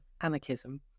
anarchism